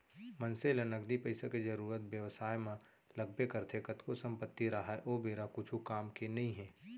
मनसे ल नगदी पइसा के जरुरत बेवसाय म लगबे करथे कतको संपत्ति राहय ओ बेरा कुछु काम के नइ हे